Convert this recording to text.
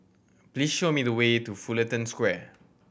please show me the way to Fullerton Square